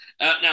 Now